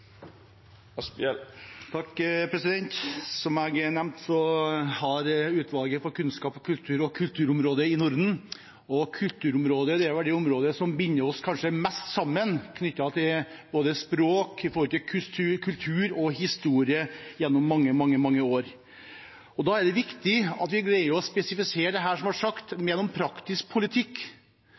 Som jeg nevnte, har vi Utvalget for kunnskap og kultur i Norden. Kulturområdet er vel kanskje det området som binder oss mest sammen, når det gjelder både språk, kultur og historie gjennom mange år. Da er det viktig at vi greier å gjøre det som her har blitt sagt, gjennom praktisk politikk.